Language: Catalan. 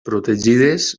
protegides